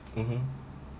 mmhmm